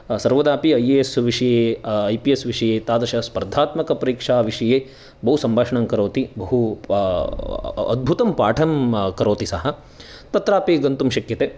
सर्वदापि I A S विषये I P S विषये तादृश स्पर्धात्मकपरीक्षाविषये बहुसम्भाषणं करोति बहु अद्भुतं पाठं करोति सः तत्रापि गन्तुं शक्यते